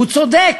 הוא צודק.